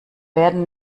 werden